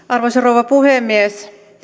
arvoisa rouva puhemies